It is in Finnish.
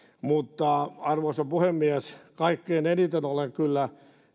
arvoisa puhemies kaikkein eniten olen kyllä